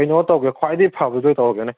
ꯀꯩꯅꯣ ꯇꯧꯒꯦ ꯈ꯭ꯋꯥꯏꯗꯒꯤ ꯐꯕꯗꯨ ꯑꯣꯏ ꯇꯧꯔꯒꯦꯅꯦ